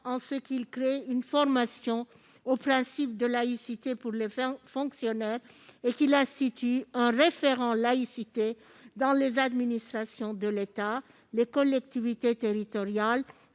parce qu'il crée une formation au principe de laïcité pour les fonctionnaires et institue un référent laïcité dans les administrations de l'État, les collectivités territoriales